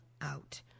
out